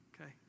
Okay